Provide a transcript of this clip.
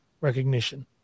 recognition